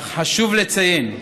אך חשוב לציין: